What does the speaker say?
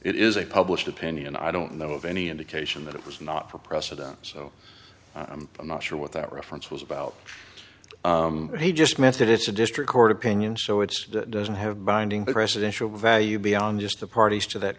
it is a published opinion i don't know of any indication that it was not for president so i'm not sure what that reference was about he just meant that it's a district court opinion so it's doesn't have binding presidential value beyond just the parties to that